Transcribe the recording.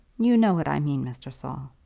you know what i mean, mr. saul.